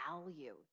value